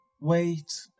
wait